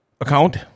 account